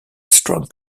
strong